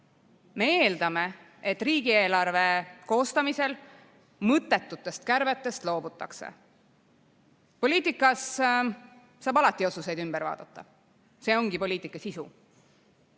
Me eeldame, et riigieelarve koostamisel mõttetutest kärbetest loobutakse. Poliitikas saab alati otsuseid ümber vaadata. See ongi poliitika sisu.